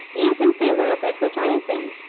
is in favor of advertising.